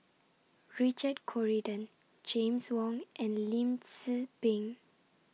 Richard Corridon James Wong and Lim Tze Peng